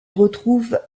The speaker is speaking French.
retrouve